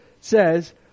says